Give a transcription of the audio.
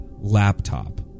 laptop